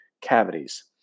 cavities